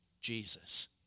Jesus